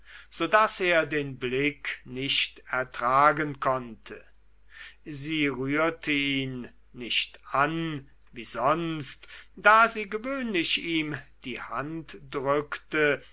daß er den blick nicht ertragen konnte sie rührte ihn nicht an wie sonst da sie gewöhnlich ihm die hand drückte